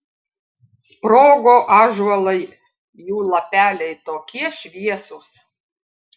sprogo ąžuolai jų lapeliai tokie šviesūs